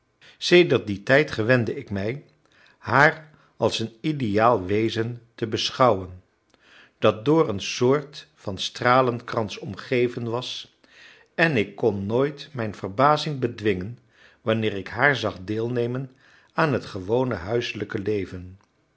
sedert dien tijd gewende ik mij haar als een ideaal wezen te beschouwen dat door een soort van stralenkrans omgeven was en ik kon nooit mijn verbazing bedwingen wanneer ik haar zag deelnemen aan het gewone huiselijke leven